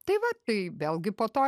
tai va tai vėlgi po to